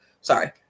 sorry